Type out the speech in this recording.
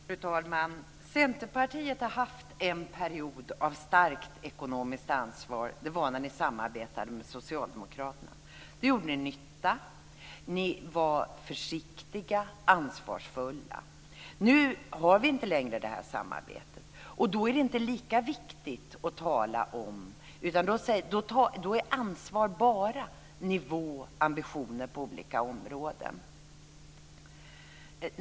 Fru talman! Centerpartiet har haft en period av starkt ekonomiskt ansvar. Det var när ni samarbetade med Socialdemokraterna. Då gjorde ni nytta. Ni var försiktiga, ansvarsfulla. Nu har vi inte längre det samarbetet. Då är det inte lika viktigt. Då är ansvar bara ambitioner på olika områden.